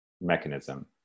mechanism